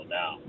now